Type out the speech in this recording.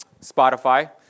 Spotify